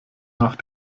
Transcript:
nach